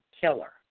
killer